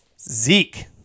Zeke